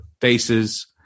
faces